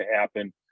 happen